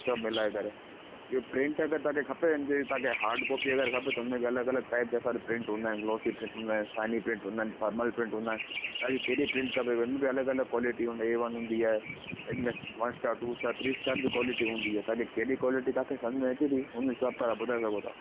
सभु मिलाए करे ॿियूं प्रिंट अगरि तव्हांखे खपे जेकी तव्हांखे हाड कॉपी अगरि खपे त हुन में बि अलॻि अलॻि टाइप जा प्रिंट हूंदा आहिनि ग्लोसी प्रिंट हूंदा आहिनि शाइनी प्रिंट हूंदा आहिनि थर्मल प्रिंट हूंदा आहिनि तव्हांखे कहिड़ी प्रिंट खपे हुनजी बि अलॻि अलॻि कॉलिटी हूंदी आहे ऐ वन हूंदी आहे हिन में one star two star three star बि कॉलिटी हूंदी आहे तव्हांखे कहिड़ी कॉलिटी तव्हांखे समुझ में अचे थी हुन हिसाब सां ॿुधाए सघूं था